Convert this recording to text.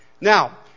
Now